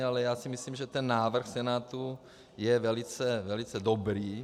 Ale já si myslím, že ten návrh Senátu je velice dobrý.